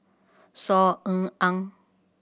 Saw Ean Ang